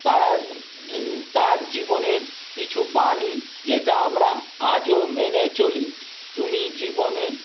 তার তার জীবনের কিছু বাণী যেটা আমরা আজও মেনে চলি তুমি জীবনে